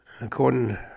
According